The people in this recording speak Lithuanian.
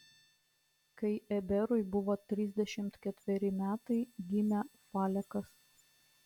kai eberui buvo trisdešimt ketveri metai gimė falekas